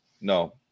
No